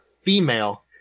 female